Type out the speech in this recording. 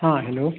हाँ हेलो